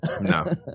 No